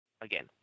again